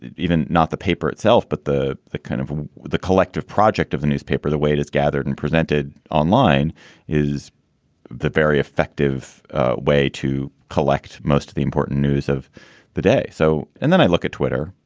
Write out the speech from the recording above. even not the paper itself, but the the kind of the collective project of the newspaper. the way it is gathered and presented online is the very effective way to collect most of the important news of the day. so and then i look at twitter,